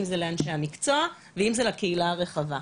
אם זה לאנשי מקצוע ואם זה לקהילה הרחבה.